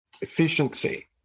efficiency